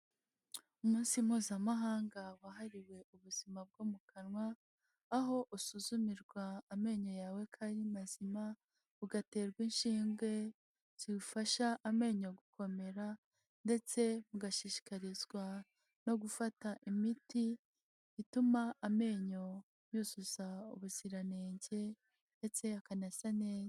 Umunsi Mpuzamahanga wahariwe ubuzima bwo mu kanwa, aho usuzumirwa amenyo yawe ko ari mazima, ugaterwa inshinge zifasha amenyo gukomera ndetse ugashishikarizwa no gufata imiti ituma amenyo yuzuza ubuziranenge ndetse akanasa neza.